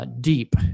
Deep